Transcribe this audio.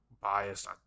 biased